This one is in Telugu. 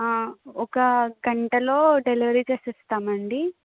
ఒక గంటలో డెలివరీ చేసేస్తామండీ